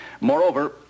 Moreover